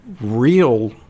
real